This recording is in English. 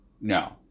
No